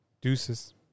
Deuces